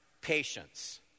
patience